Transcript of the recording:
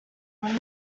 when